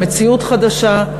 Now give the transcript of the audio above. למציאות חדשה,